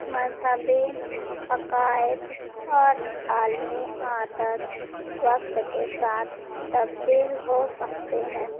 مذہبی عقائد اور عالمی عادت وقت کے ساتھ تبدیل ہو سکتے ہیں